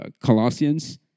Colossians